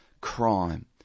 crime